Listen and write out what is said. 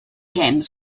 came